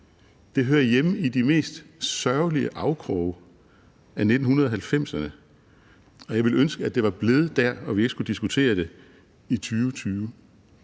Det hører hjemme i de mest sørgelige afkroge af 1990'erne, og jeg ville ønske, det var blevet der, og at vi ikke skulle diskutere det i 2020.